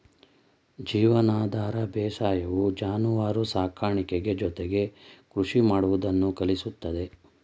ಜೀವನಾಧಾರ ಬೇಸಾಯವು ಜಾನುವಾರು ಸಾಕಾಣಿಕೆ ಜೊತೆಗೆ ಕೃಷಿ ಮಾಡುವುದನ್ನು ಕಲಿಸುತ್ತದೆ